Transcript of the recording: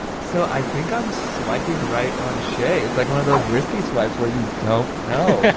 so i think i'm swiping right on shay. it's like one of those risky swipes where you don't know,